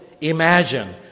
imagine